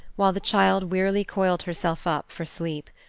while the child wearily coiled herself up for sleep.